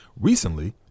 Recently